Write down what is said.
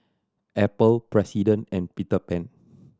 Apple President and Peter Pan